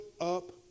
up